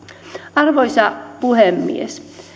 arvoisa puhemies